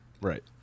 Right